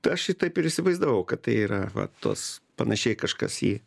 aš jį taip ir įsivaizdavau kad tai yra va tos panašiai kažkas į